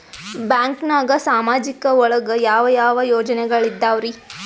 ಬ್ಯಾಂಕ್ನಾಗ ಸಾಮಾಜಿಕ ಒಳಗ ಯಾವ ಯಾವ ಯೋಜನೆಗಳಿದ್ದಾವ್ರಿ?